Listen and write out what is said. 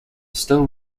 still